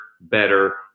better